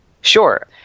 Sure